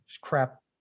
crap